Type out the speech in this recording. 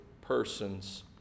person's